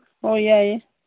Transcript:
ꯑꯣ ꯌꯥꯏꯌꯦ